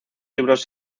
libros